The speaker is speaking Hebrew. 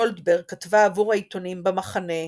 גולדברג כתבה עבור העיתונים "במחנה",